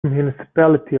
municipality